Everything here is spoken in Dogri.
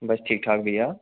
बस ठीक ठाक भैया